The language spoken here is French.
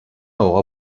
aura